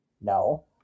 No